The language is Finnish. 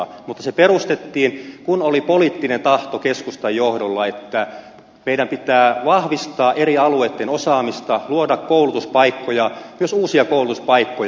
mutta se perustettiin kun oli poliittinen tahto keskustan johdolla että meidän pitää vahvistaa eri alueitten osaamista luoda koulutuspaikkoja myös uusia koulutuspaikkoja